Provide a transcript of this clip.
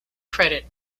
credit